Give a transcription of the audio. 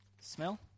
Smell